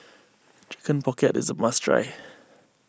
Chicken Pocket is a must try